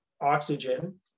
oxygen